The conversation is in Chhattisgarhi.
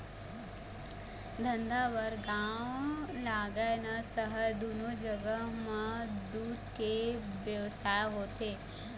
धंधा बर गाँव लागय न सहर, दूनो जघा म दूद के बेवसाय होथे